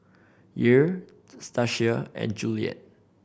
Yair Stasia and Juliet